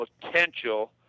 potential